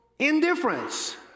Indifference